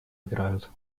играют